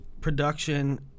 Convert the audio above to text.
production